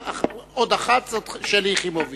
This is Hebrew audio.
עוד אחת, זו שלי יחימוביץ.